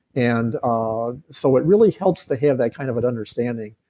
and ah so, it really helps to have that kind of an understanding